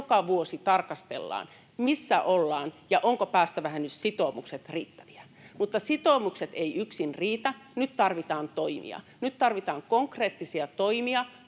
joka vuosi tarkastellaan, missä ollaan, ja ovatko päästövähennyssitoumukset riittäviä. Mutta sitoumukset eivät yksin riitä. Nyt tarvitaan toimia. Nyt tarvitaan konkreettisia toimia